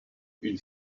une